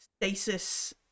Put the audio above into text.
stasis